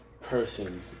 person